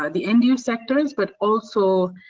um the end use sectors but also